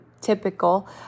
typical